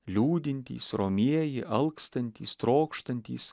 liūdintys romieji alkstantys trokštantys